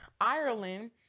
Ireland